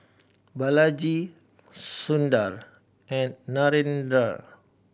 Balaji Sundar and Narendra